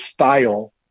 style